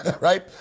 right